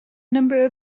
number